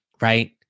right